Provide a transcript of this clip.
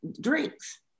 drinks